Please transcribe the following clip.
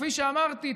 וכפי שאמרתי,